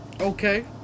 Okay